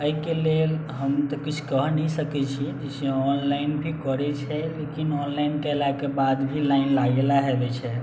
अइके लेल हम तऽ किछु कऽ नहि सकै छी ऑनलाइन भी करै छै लेकिन ऑनलाइन कयलाके बाद भी लाइन लागेला हेवे छै